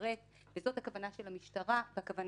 נמצא שם למטרה זו.